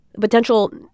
potential